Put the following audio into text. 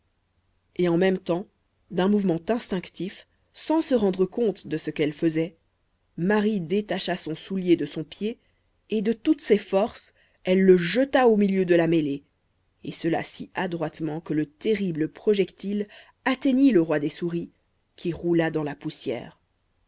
et en même temps d'un mouvement instinctif sans se rendre compte de ce qu'elle faisait marie détacha son soulier de son pied et de toutes ses forces elle le jeta au milieu de la mêlée et cela si adroitement que le terrible projectile atteignit le roi des souris qui roula dans la poussière